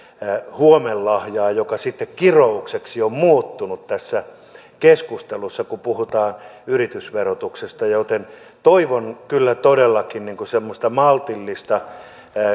huomenlahjaa joka sitten kiroukseksi on muuttunut tässä keskustelussa kun puhutaan yritysverotuksesta joten toivon kyllä todellakin semmoista maltillista